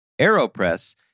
AeroPress